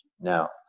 Now